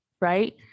right